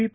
V